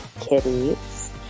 kitties